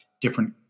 different